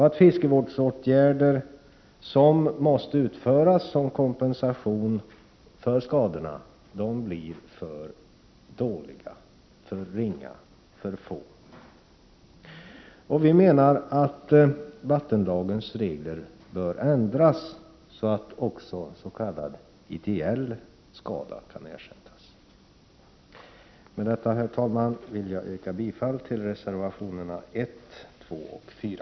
De fiskevårdsåtgärder som måste utföras som kompensation för skadorna blir för dåliga, för ringa och för få. Vi menar att vattenlagens regler bör ändras så att också s.k. ideell skada kan ersättas. Med detta, herr talman, vill jag yrka bifall till reservationerna 1, 2 och 4.